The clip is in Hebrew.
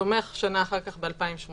תומך שנה אחר כך, ב-2018.